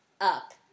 up